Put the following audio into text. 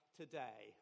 today